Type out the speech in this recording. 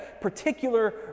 particular